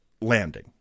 landing